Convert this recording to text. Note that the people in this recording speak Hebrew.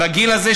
בגיל הזה,